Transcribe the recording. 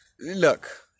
look